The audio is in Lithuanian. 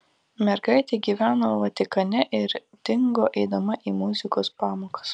mergaitė gyveno vatikane ir dingo eidama į muzikos pamokas